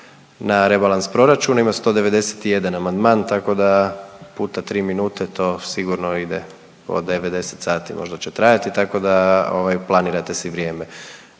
na rebalans proračuna ima 191 amandman tako da puta tri minute to sigurno ide po 9, 10 sati možda će trajati tako da planirate si vrijeme,